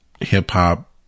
hip-hop